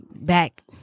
back